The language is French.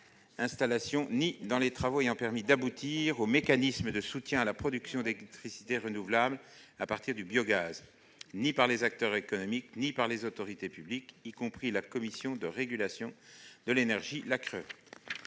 ou dans les travaux ayant permis d'aboutir aux mécanismes de soutien à la production d'électricité renouvelable à partir de biogaz et que ce soit par les acteurs économiques ou par les autorités publiques, y compris la Commission de régulation de l'énergie (CRE).